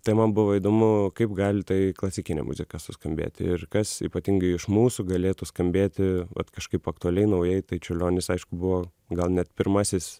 tai man buvo įdomu kaip gali tai klasikinė muzika suskambėti ir kas ypatingai iš mūsų galėtų skambėti kažkaip aktualiai naujai tai čiurlionis aišku buvo gal net pirmasis